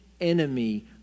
enemy